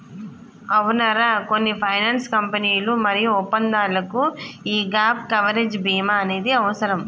అవునరా కొన్ని ఫైనాన్స్ కంపెనీలు మరియు ఒప్పందాలకు యీ గాప్ కవరేజ్ భీమా అనేది అవసరం